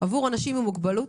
עבור אנשים עם מוגבלות